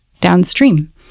downstream